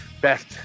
best